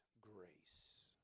grace